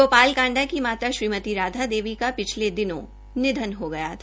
गोपाल कांडा की माता श्रीमती राधा देवी का पिछले दिनों निधन हो गया था